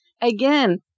Again